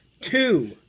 Two